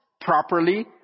properly